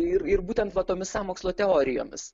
ir ir būtent va tomis sąmokslo teorijomis